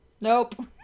Nope